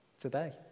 today